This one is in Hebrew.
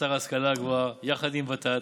ושר ההשכלה הגבוהה, יחד עם ות"ת,